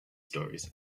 stories